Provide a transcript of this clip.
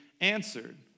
answered